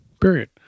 period